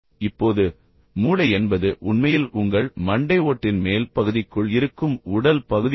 இப்போது மூளை என்பது உண்மையில் உங்கள் மண்டை ஓட்டின் மேல் பகுதிக்குள் இருக்கும் உடல் பகுதியாகும்